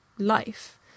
life